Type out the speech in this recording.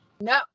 no